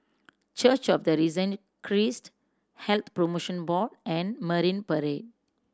Church of the Risen Christ Health Promotion Board and Marine Parade